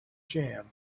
jam